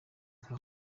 nka